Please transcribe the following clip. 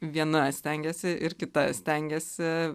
viena stengiasi ir kita stengiasi